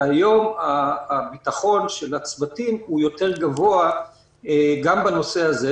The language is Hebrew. היום הביטחון של הצוותים הוא יותר גבוה גם בנושא הזה,